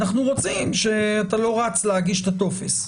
אנחנו רוצים שלא תרוץ להגיש את הטופס.